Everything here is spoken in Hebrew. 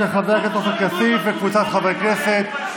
של חבר הכנסת עופר כסיף וקבוצת חברי הכנסת.